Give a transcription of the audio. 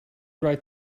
right